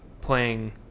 playing